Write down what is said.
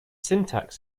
syntax